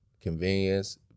convenience